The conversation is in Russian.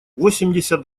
восемьдесят